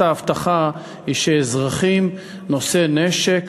גבוהה ותפיסת האבטחה היא שאזרחים נושאי נשק,